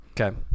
Okay